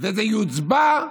וזה יוצבע,